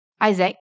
Isaac